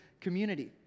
community